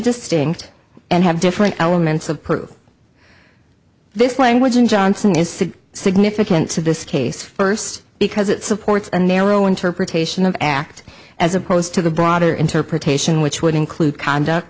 distinct and have different elements of this language and johnson is significance of this case first because it supports a narrow interpretation of act as opposed to the broader interpretation which would include conduct